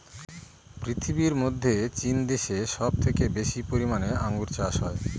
পৃথিবীর মধ্যে চীন দেশে সব থেকে বেশি পরিমানে আঙ্গুর চাষ হয়